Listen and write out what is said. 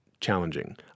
challenging